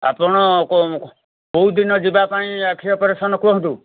ଆପଣ କ କେଉଁ ଦିନ ଯିବା ପାଇଁ ଆଖି ଅପରେସନ୍ କୁହନ୍ତୁ